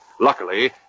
Luckily